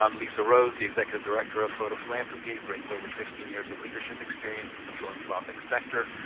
um lisa rose, the executive director of photophilanthropy brings over fifteen years of leadership experience in the philanthropic sector.